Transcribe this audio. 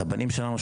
את הבנים שלנו,